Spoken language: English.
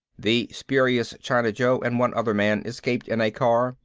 the spurious china joe and one other man escaped in a car,